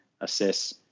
assess